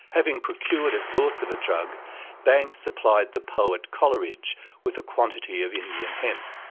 having procured a source of the drug banks supplied the poet coleridge with a quantity of indian hemp.